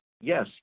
yes